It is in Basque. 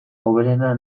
hoberena